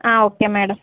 okay madam